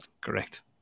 correct